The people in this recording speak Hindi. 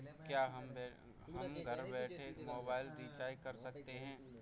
क्या हम घर बैठे मोबाइल रिचार्ज कर सकते हैं?